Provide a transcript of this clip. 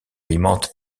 alimente